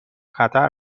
خطر